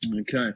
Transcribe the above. Okay